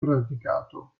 praticato